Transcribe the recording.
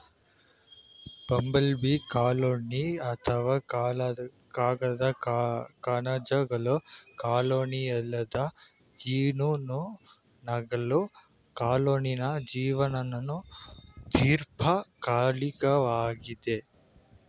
bumble bee colony ಅಥವಾ ಕಾಗದ ಕಣಜಗಳ ಕಾಲೋನಿಯಲ್ಲದೆ ಜೇನುನೊಣಗಳ ಕಾಲೋನಿಯ ಜೀವನವು ದೀರ್ಘಕಾಲಿಕವಾಗಿದೆ